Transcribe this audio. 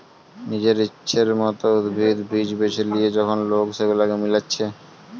নিজের ইচ্ছের মত উদ্ভিদ, বীজ বেছে লিয়ে যখন লোক সেগুলাকে মিলাচ্ছে